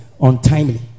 untimely